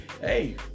hey